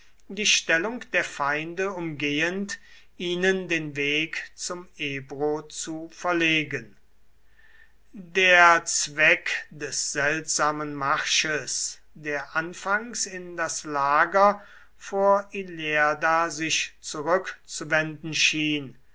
die stellung der feinde umgehend ihnen den weg zum ebro zu verlegen der zweck des seltsamen marsches der anfangs in das lager vor ilerda sich zurückzuwenden schien